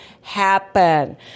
happen